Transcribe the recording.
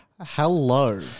Hello